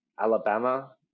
Alabama